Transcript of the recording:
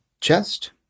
chest